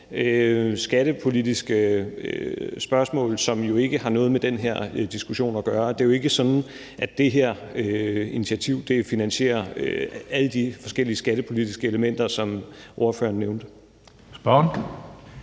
skattepolitiske spørgsmål, som jo ikke har noget med den her diskussion at gøre. Det er jo ikke sådan, at det her initiativ finansierer alle de forskellige skattepolitiske elementer, som ordføreren nævnte.